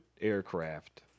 aircraft